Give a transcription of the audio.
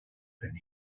than